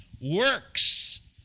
works